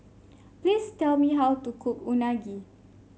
please tell me how to cook Unagi